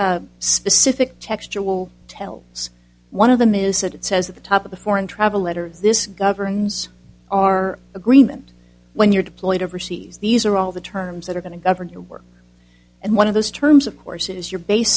specific textual tells us one of them is that it says at the top of the foreign travel letter this governs our agreement when you're deployed overseas these are all the terms that are going to govern your work and one of those terms of course is your base